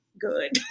good